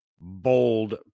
bold